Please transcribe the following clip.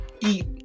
eat